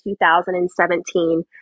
2017